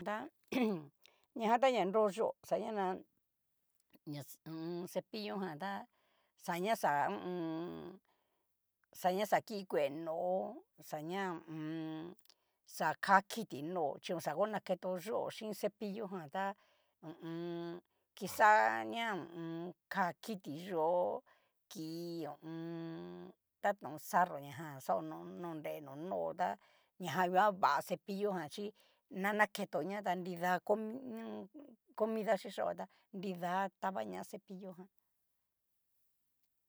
Nra ñajan ta na nro yio xaña na ho o on. cepillo jan tá xaña xa hu u un. xaña xa kikue nó'o xaña ho o on. xaka kiti nó'o chi oxa ho naketo yuo xhin cepillo jan ta hu u un. xania ho o on. ka kiti yo'ó ki ho o on. taton sarro ñajan xaono no nre no nó'o ta ñajan nguan va cepillo han chí nanaketoña ta nrida co hu nio comida chichaojan tá nrida taba ña cepillo ján.